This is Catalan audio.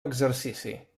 exercici